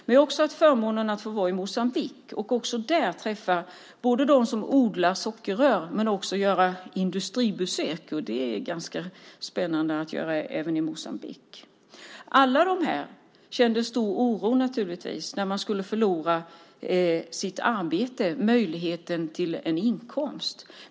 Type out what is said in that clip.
Jag har också haft förmånen att få vara i Moçambique och även där både träffa dem som odlar sockerrör och göra industribesök. Det är ganska spännande att göra sådant även i Moçambique! Alla dessa kände stor oro inför att förlora sitt arbete och möjligheten till en inkomst.